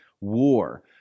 war